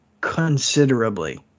considerably